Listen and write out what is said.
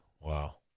Wow